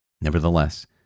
Nevertheless